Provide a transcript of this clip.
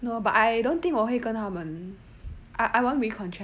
no but I don't think 我会跟他们 I won't recontract